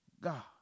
God